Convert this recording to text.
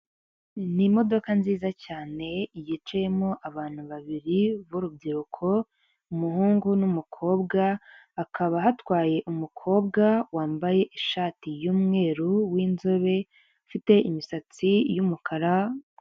Ni imodoka nziza cyane, yicayemo abantu babiri b'urubyiruko umuhungu n'umukobwa, hakaba hatwaye umukobwa wambaye ishati y'umweru, w'inzobe ufite imisatsi y'umukara.